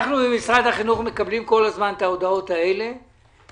אנחנו כל הזמן מקבלים את ההודעות האלה ממשרד החינוך,